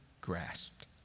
grasped